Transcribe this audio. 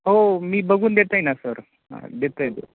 हो मी बघून देतंय ना सर हा